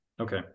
Okay